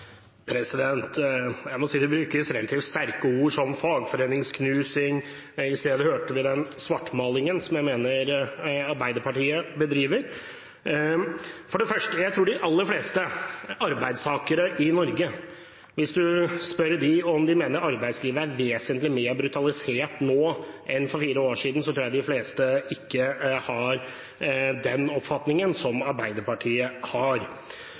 Jeg må si det brukes relativt sterke ord, som «fagforeningsknusing». I sted hørte vi den svartmalingen som jeg mener Arbeiderpartiet bedriver. Hvis du spør arbeidstakere i Norge om de mener at arbeidslivet er vesentlig mer brutalisert nå enn for fire år siden, tror jeg de aller fleste ikke har den oppfatningen Arbeiderpartiet har.